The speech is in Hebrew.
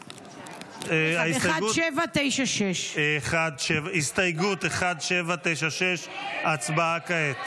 1796. הסתייגות 1796. הצבעה כעת.